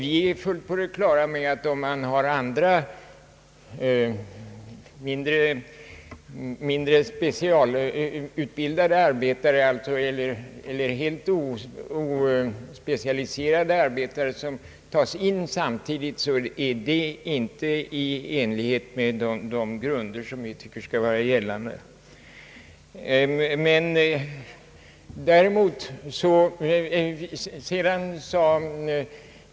Vi är fullt på det klara med att det inte är i enlighet med de grunder som bör gälla att samtidigt ta in mindre specialiserade eller kanske rentav ospecialiserade arbetare för uppdrag av denna art och att kalla dem montagearbetare.